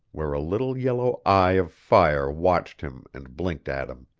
where a little yellow eye of fire watched him and blinked at him.